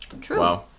True